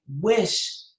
wish